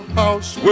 house